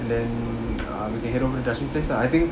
and then ah we can head over to place lah